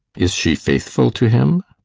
is she faithful to him?